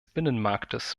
binnenmarktes